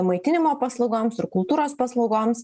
maitinimo paslaugoms ir kultūros paslaugoms